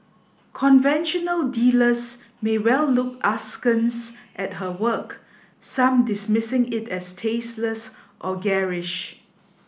conventional dealers may well look askance at her work some dismissing it as tasteless or garish